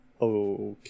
Okay